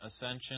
ascension